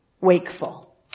wakeful